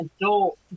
adult